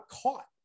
caught